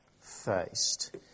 faced